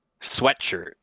sweatshirt